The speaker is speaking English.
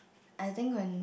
I think when